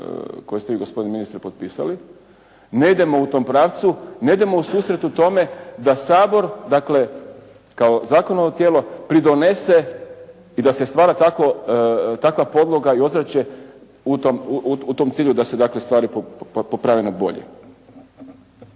koje ste vi gospodine ministre potpisali, ne idemo u tom pravcu, ne idemo u susret tome da Sabor, dakle kao zakonodavno tijelo pridonese i da se stvara takva podloga i ozračje u tom cilju da se dakle stvari poprave na bolje.